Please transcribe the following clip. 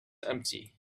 empty